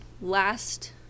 last